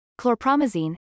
chlorpromazine